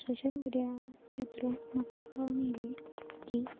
social मिडियाच्या through म्हाका कळून येयले की